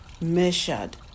measured